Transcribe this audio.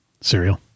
Cereal